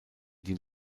die